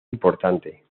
importante